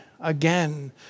again